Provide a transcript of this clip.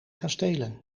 kastelen